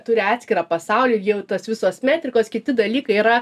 turi atskirą pasaulį jau tos visos metrikos kiti dalykai yra